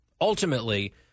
Ultimately